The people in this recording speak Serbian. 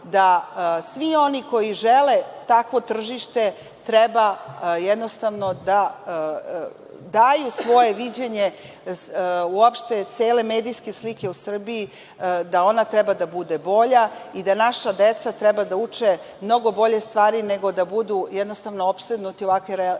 da svi oni koji žele takvo tržište treba jednostavno da daju svoje viđenje uopšte cele medijske slike u Srbiji da ona treba da bude bolja i da naša deca treba da uče mnogo bolje stvari nego da budu jednostavno opsednuti ovakvim rijaliti